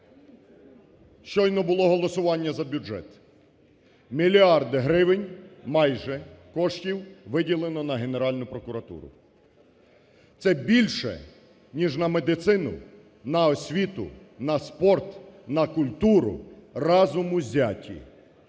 Щойно було голосування за бюджет, мільярди гривень майже коштів, виділено на Генеральну прокуратуру, це більше, ніж на медицину, на освіту, на спорт, на культуру разом узяті.